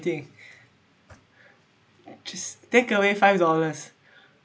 think just take away five dollars